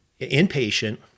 inpatient